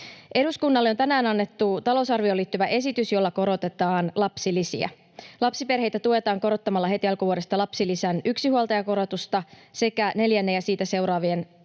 Eduskunnalle on tänään annettu talousarvioon liittyvä esitys, jolla korotetaan lapsilisiä. Lapsiperheitä tuetaan korottamalla heti alkuvuodesta lapsilisän yksinhuoltajakorotusta sekä neljännen ja siitä seuraavien